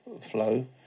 Flow